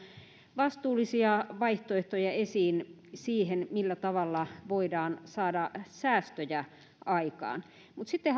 vastuullisia vaihtoehtoja esiin siihen millä tavalla voidaan saada säästöjä aikaan mutta sitten